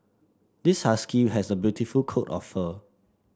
this husky has a beautiful coat of fur